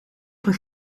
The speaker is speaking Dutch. van